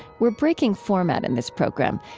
we're breaking format in this program,